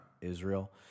Israel